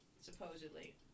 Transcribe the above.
supposedly